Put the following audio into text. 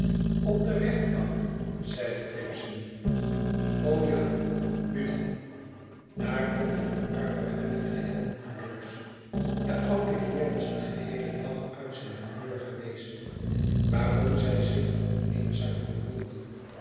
op de rechtbank zeide timson ja nu dan daar vond ik de arme fanny geheel moedeloos de oude heer was den geheelen dag uit zijn humeur geweest waarom zij zich nog eenzamer voelde